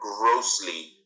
grossly